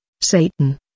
Satan